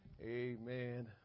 Amen